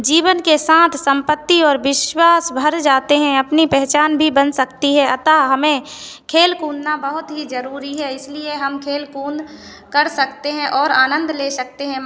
जीवन के साथ संपत्ति और विश्वास भर जाते हैं अपनी पहचान भी बन सकती है अतः हमें खेल कूदना बहुत ही जरुरी है इसलिए हम खेल कूद कर सकते हैं और आनंद ले सकते हैं